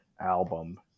album